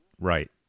Right